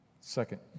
Second